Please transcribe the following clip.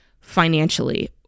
financially